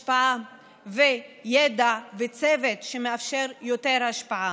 השפעה, ידע וצוות, שמאפשר יותר השפעה.